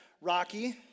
Rocky